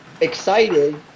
Excited